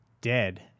dead